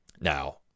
Now